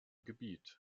gebiet